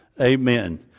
Amen